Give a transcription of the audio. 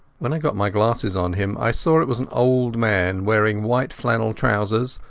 when i got my glasses on him i saw it was an old man, wearing white flannel trousers,